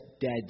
dead